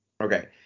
Okay